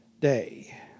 day